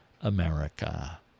America